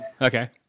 Okay